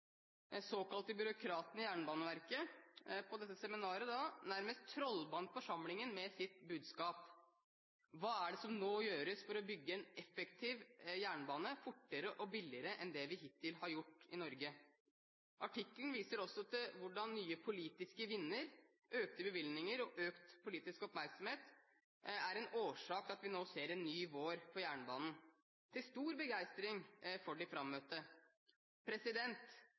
såkalte byråkraten i Jernbaneverket – på dette seminaret – nærmest trollbandt forsamlingen med sitt budskap om hva som nå gjøres for å bygge en effektiv jernbane fortere og billigere enn det vi hittil har gjort i Norge. Artikkelen viser også til hvordan nye politiske vinder, økte bevilgninger og økt politisk oppmerksomhet er årsakene til at vi nå ser en ny vår for jernbanen, til stor begeistring for de